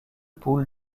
poules